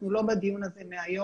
אנחנו לא בדיון הזה מהיום,